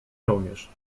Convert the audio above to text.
żołnierz